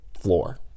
floor